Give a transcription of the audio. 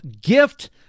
gift